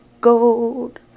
gold